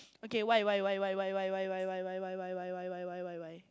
okay why why why why why why why why why why why why